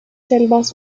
selvas